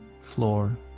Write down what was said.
floor